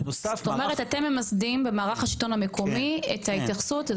זאת אומרת אתם ממסדים במערך השלטון המקומי את ההתייחסות,